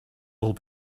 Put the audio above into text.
will